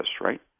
right